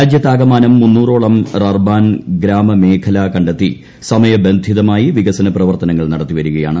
രാജ്യത്താകമാനം മുന്നൂറോളം റർബാൻ ഗ്രാമമേഖല കണ്ടെത്തി സമയബന്ധിതമായി വികസന പ്രവർത്തനങ്ങൾ നടത്തിവരികയാണ്